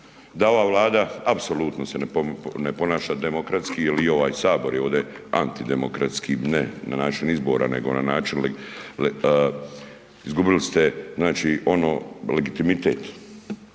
da ova Vlada apsolutno se ne ponaša demokratski i ovaj Sabor je ovdje antidemokratski, ne na način izbora nego na način izgubili ste znači ono, legitimitet,